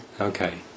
Okay